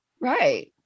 Right